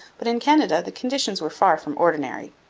but in canada the conditions were far from ordinary.